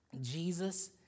Jesus